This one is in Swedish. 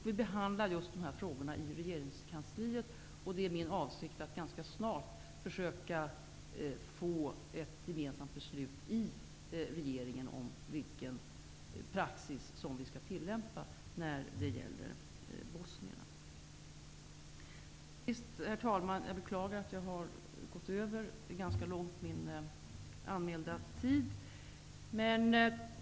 Vi behandlar just nu dessa frågor i regeringskansliet, och det är min avsikt att ganska snart försöka få ett gemensamt beslut i regeringen om vilken praxis som vi skall tillämpa när det gäller bosnierna. Herr talman! Jag beklagar att jag har överskridit min anmälda taletid ganska mycket.